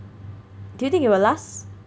do you think it will last